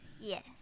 Yes